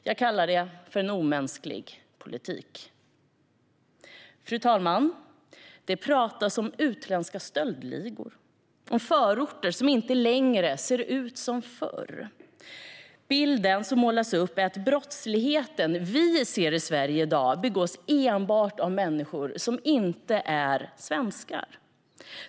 Jag kallar det en omänsklig politik. Fru talman! Det pratas om utländska stöldligor och om förorter som inte längre ser ut som förr. Bilden som målas upp är att den brottslighet vi ser i Sverige i dag begås enbart av människor som inte är svenskar.